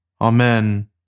Amen